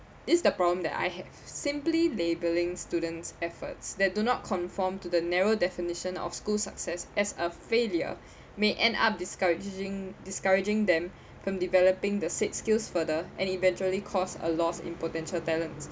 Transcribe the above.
this is the problem that I have simply labelling students' efforts that do not conform to the narrow definition of school success as a failure may end up discouraging discouraging them from developing the said skills further and eventually cause a loss in potential talents